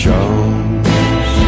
Jones